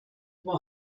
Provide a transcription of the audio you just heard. über